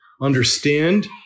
understand